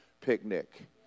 picnic